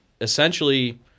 essentially